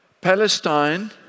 Palestine